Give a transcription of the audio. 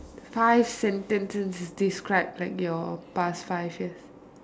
five sentences describe like your past five years